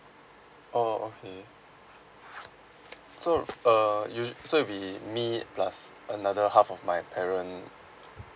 oh okay so err usua~ so it will be me plus another half of my parent